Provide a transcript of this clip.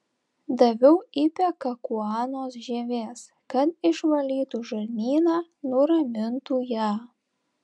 daviau ipekakuanos žievės kad išvalytų žarnyną nuramintų ją